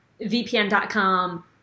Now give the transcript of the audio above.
VPN.com